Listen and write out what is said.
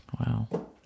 Wow